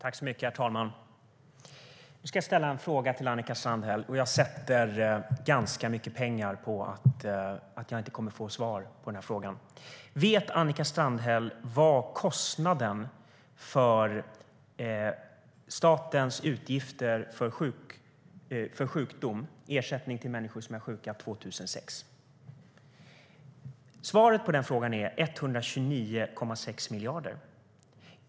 Herr talman! Nu ska jag ställa en fråga till Annika Strandhäll, och jag sätter ganska mycket pengar på att jag inte kommer att få svar på den. Vet Annika Strandhäll vad kostnaden var för statens utgifter för sjukdom - ersättning till människor som är sjuka - år 2006? Svaret på frågan är 129,6 miljarder.